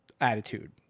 attitude